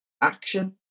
action